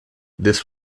this